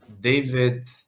David